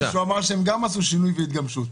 הוא אמר שהם גם עשו שינוי והתגמשות.